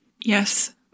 Yes